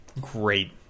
Great